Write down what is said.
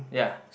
ya